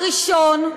הראשון,